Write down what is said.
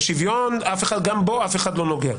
שוויון גם בו אף אחד לא נוגע.